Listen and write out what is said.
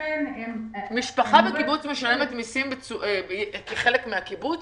-- משפחה בקיבוץ משלמת מיסים כחלק מהקיבוץ?